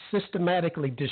systematically